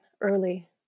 early